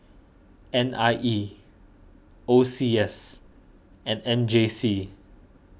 N I E O C S and M J C